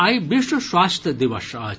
आइ विश्व स्वास्थ्य दिवस अछि